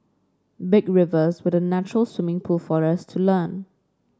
big rivers were the natural swimming pool for us to learn